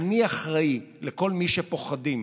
אני אחראי לכל מי שפוחדים,